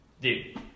Dude